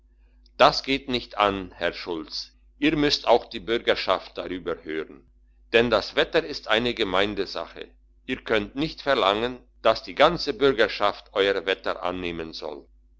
das geht nicht an herr schulz ihr müsst auch die bürgerschaft darüber hören denn das wetter ist eine gemeindssache ihr könnt nicht verlangen dass die ganze bürgerschaft euer wetter annehmen soll